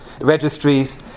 registries